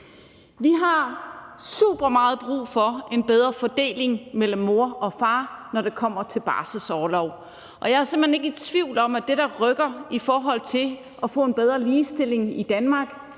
Vi har super meget brug for en bedre fordeling mellem mor og far, når det kommer til barselsorlov, og jeg er simpelt hen ikke tvivl om, at det, der rykker i forhold til at få en bedre ligestilling i Danmark,